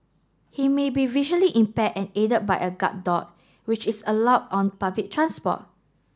he may be visually impaired and aided by a guard dog which is allowed on public transport